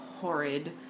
horrid